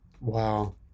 Wow